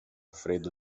freddo